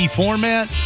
format